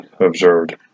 observed